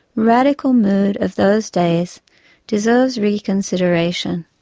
radical mood of those days deserves reconsideration.